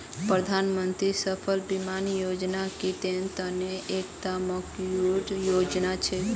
प्रधानमंत्री फसल बीमा योजनात किसानेर त न एकता महत्वपूर्ण योजना छिके